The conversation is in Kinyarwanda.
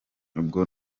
ubwo